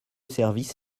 service